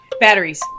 batteries